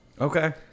Okay